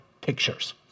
pictures